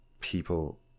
people